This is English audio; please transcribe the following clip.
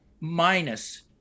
minus